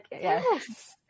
yes